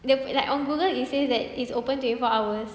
the on Google it says that it's open twenty four hours